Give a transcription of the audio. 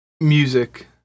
music